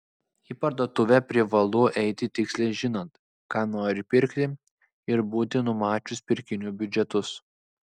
į parduotuvę privalu eiti tiksliai žinant ką nori pirkti ir būti numačius pirkinių biudžetus